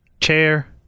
chair